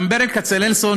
גם ברל כצנלסון,